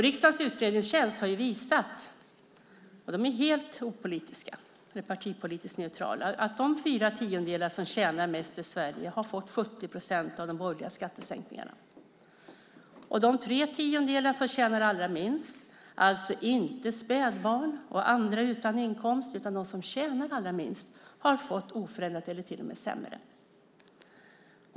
Riksdagens utredningstjänst är helt partipolitiskt neutral, och den har visat att de fyra tiondelar som tjänar mest i Sverige har fått 70 procent av de borgerliga skattesänkningarna. De tre tiondelar som tjänar allra minst, alltså inte spädbarn och andra utan inkomst utan de som tjänar allra minst, har inte fått någon förändring eller till och med fått det sämre.